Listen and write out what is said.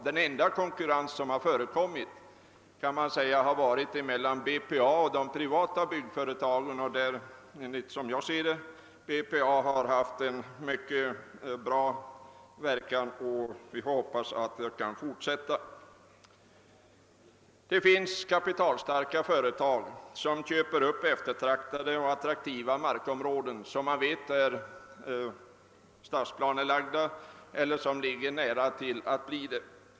Den enda konkurrens som förekommit är den mellan BPA och de privata byggföretagen, och enligt min mening har BPA haft ett mycket gott inflytande som jag hoppas skall fortsätta. Det finns kapitalstarka företag som köper upp eftertraktade markområden som man vet är stadsplanelagda eller som står i tur att bli det.